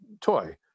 toy